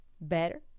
better